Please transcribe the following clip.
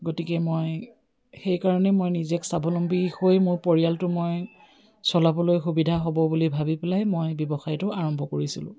গতিকে মই সেইকাৰণে মই নিজে স্বাৱলম্বী হৈ মোৰ পৰিয়ালটো মই চলাবলৈ সুবিধা হ'ব বুলি ভাবি পেলাই মই ব্যৱসায়টো আৰম্ভ কৰিছিলোঁ